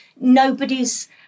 nobody's